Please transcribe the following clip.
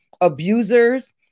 abusers